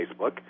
Facebook